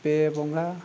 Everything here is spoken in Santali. ᱯᱮ ᱵᱚᱸᱜᱟ